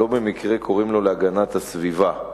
לא במקרה קוראים לו "להגנת הסביבה",